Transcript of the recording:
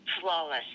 flawless